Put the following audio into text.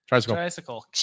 tricycle